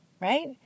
Right